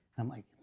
i'm like,